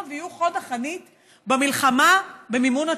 ויהיו חוד החנית במלחמה במימון הטרור,